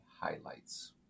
highlights